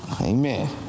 Amen